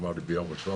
הוא אמר לי: ביום ראשון